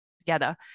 Together